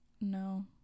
no